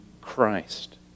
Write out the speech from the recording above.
Christ